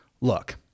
Look